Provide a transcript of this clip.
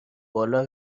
بالا